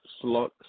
slot